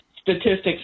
statistics